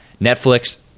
Netflix